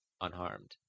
unharmed